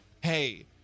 hey—